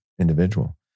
individual